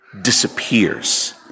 disappears